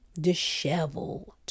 disheveled